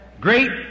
great